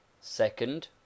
second